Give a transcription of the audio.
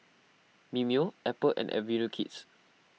Mimeo Apple and Avenue Kids